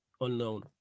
Unknown